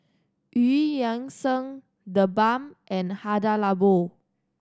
Eu Yan Sang TheBalm and Hada Labo